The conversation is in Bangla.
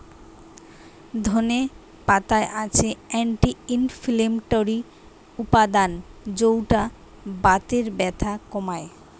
ধনে পাতায় আছে অ্যান্টি ইনফ্লেমেটরি উপাদান যৌটা বাতের ব্যথা কমায়